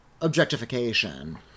objectification